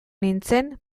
nintzen